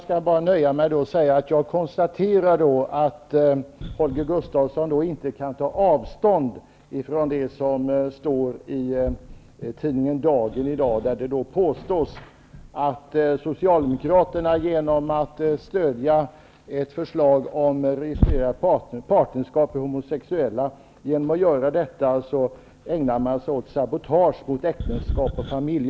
Fru talman! Jag konstaterar att Holger Gustafsson inte kan ta avstånd från det som står i tidningen Dagen i dag. Det påstås där att Socialdemokraterna ägnar sig åt sabotage mot äktenskap och familj genom att stödja ett förslag om registrerat partnerskap för homosexuella.